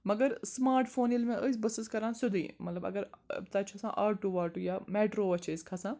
مگر smart phone ییٚلہِ مےٚ أسۍ بہٕ ٲسٕس کَران سیٚودُے مطلب اگر تَتہِ چھُ آسان آٹوٗ واٹوٗ یا میٹروا چھِ أسۍ کھَسان